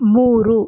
ಮೂರು